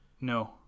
no